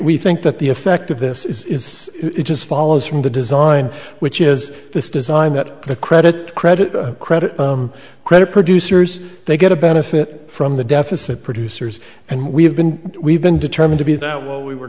we think that the effect of this is just follows from the design which is this design that the credit credit credit credit producers they get a benefit from the deficit producers and we have been we've been determined to be that what we were